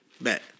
Bet